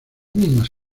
mismas